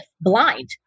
blind